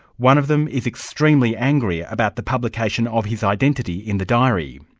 one of them is extremely angry about the publication of his identity in the diary.